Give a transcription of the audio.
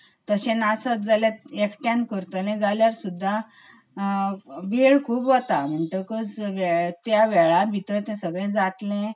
तशें नासत जाल्यार एकट्यान करतलें जाल्यार सुद्दां वेळ खूब वता म्हणटकच त्या वेळा भितर तें सगळें जातलें